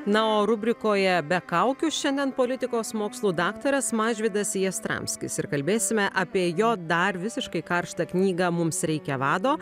na o rubrikoje be kaukių šiandien politikos mokslų daktaras mažvydas jastramskis ir kalbėsime apie jo dar visiškai karštą knygą mums reikia vado